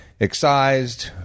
excised